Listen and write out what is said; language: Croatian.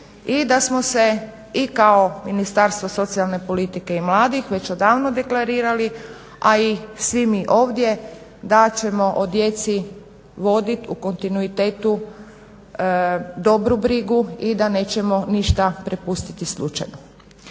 i da smo se i kao Ministarstvo socijalne politike i mladih već odavno degradirali a i svi mi ovdje dat ćemo o djeci vodit u kontinuitetu dobru brigu i da nećemo ništa prepustiti slučaju.